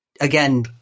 again